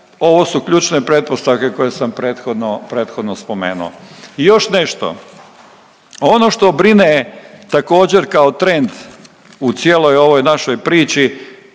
ovo su ključne pretpostavke koje sam prethodno, prethodno spomenuo. I još nešto. Ono što brine također, kao trend u cijeloj ovoj našoj priči,